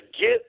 get